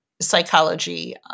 psychology